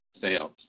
sales